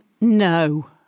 no